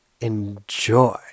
enjoy